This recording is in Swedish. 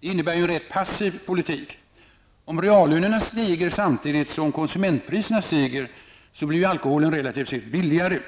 Det innebär ju en rätt passiv politik. Om reallönerna stiger samtidigt som konsumentpriserna stiger blir ju alkoholen relativt sett billigare.